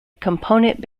component